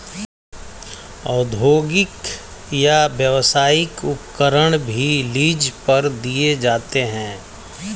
औद्योगिक या व्यावसायिक उपकरण भी लीज पर दिए जाते है